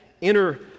inner